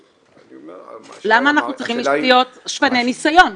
למה אנחנו צריכים להיות שפני ניסיון?